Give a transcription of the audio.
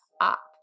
up